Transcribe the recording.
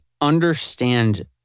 understand